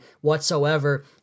whatsoever